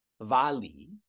Vali